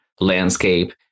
landscape